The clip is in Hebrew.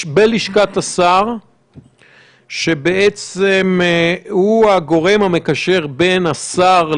בלשכת השר שבעצם הוא הגורם המקשר בין השר,